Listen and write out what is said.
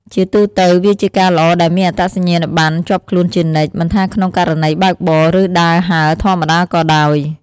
ជាទូទៅ វាជាការល្អដែលមានអត្តសញ្ញាណប័ណ្ណជាប់ខ្លួនជានិច្ច មិនថាក្នុងករណីបើកបរ ឬដើរហើរធម្មតាក៏ដោយ។